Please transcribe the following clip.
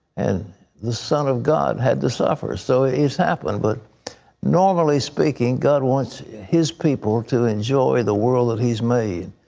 and the son of god had to suffer. so it has happened. but normally speaking, god wants his people to enjoy the world that he has made.